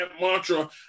mantra